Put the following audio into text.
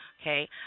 Okay